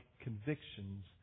convictions